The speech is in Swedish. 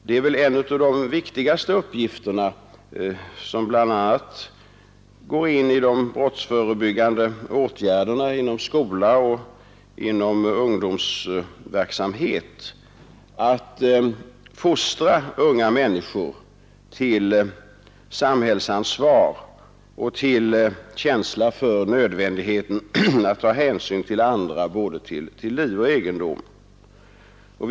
Att fostra unga människor till samhällsansvar och till känsla för nödvändigheten att ta hänsyn till andra, både till liv och till egendom, är väl en av de viktigaste uppgifterna, som bl.a. går in i de brottsförebyggande åtgärderna inom skoloch ungdomsverksamhet.